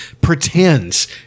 pretends